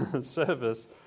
service